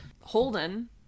Holden